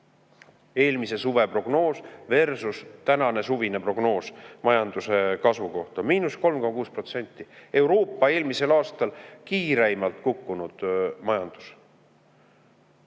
Eelmise suve prognoos versus tänane suvine prognoos: majanduse kasvukoht on –3,6%, Euroopa eelmisel aastal kiireimini kukkunud majandus.